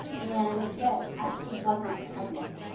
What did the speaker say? and yet actually wasn't pregnant.